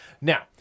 Now